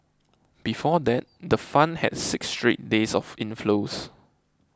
before that the fund had six straight days of inflows